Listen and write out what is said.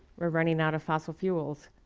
we're running out of fossil fuels.